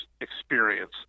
experience